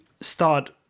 start